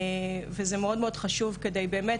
וזה מאוד-מאוד חשוב באמת,